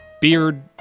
Beard